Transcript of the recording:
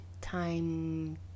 time